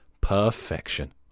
Perfection